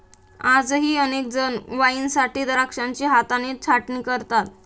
आजही अनेक जण वाईनसाठी द्राक्षांची हाताने छाटणी करतात